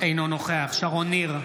אינו נוכח שרון ניר,